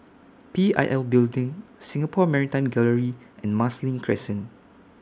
P I L Building Singapore Maritime Gallery and Marsiling Crescent